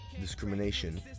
discrimination